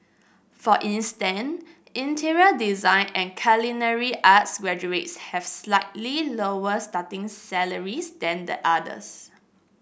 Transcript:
for instance interior design and culinary arts graduates have slightly lower starting salaries than the others